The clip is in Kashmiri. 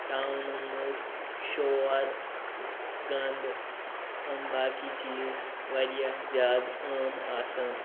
ٹاونَن مَنٛز شور گَنٛد یِم باقٕے چیٖز واریاہ زیادٕ عام آسان